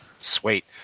Sweet